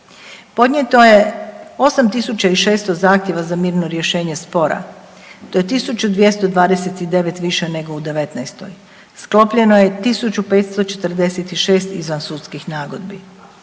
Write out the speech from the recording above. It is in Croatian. Podnijeto je 8600 zahtjeva za mirno rješenje spora, to je 1229 više nego u '19., sklopljeno je 1546 izvansudskih nagodbi.